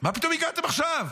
מה פתאום הגעתם עכשיו?